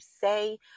say